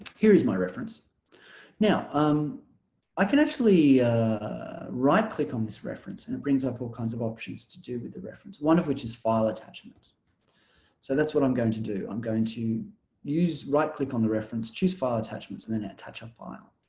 here is my reference now um i can actually right click on this reference and it brings up all kinds of options to do with the reference one of which is file attachment so that's what i'm going to do i'm going to use right click on the reference choose file attachments and then attach a file